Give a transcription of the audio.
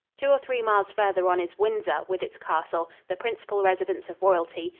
two or three miles farther on is windsor, with its castle, the principal residence of royalty,